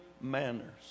manners